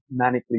manically